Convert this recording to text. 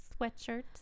sweatshirt